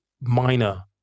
minor